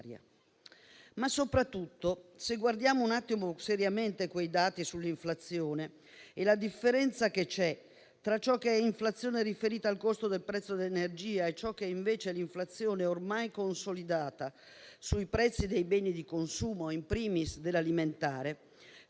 Soprattutto, se guardiamo seriamente i dati sull'inflazione e la differenza tra ciò che è inflazione riferita al costo del prezzo dell'energia e ciò che invece è inflazione ormai consolidata sui prezzi dei beni di consumo, *in primis* dell'alimentare,